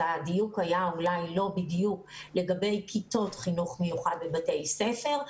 לא היה דיוק לגבי כיתות החינוך המיוחד בבתי הספר,